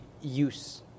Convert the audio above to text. use